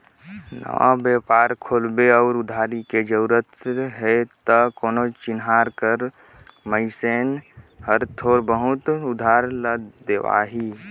नवा बेपार खोलबे अउ उधारी के जरूरत हे त कोनो चिनहार कर मइनसे हर थोर बहुत उधारी ल देवाही